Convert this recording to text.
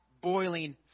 boiling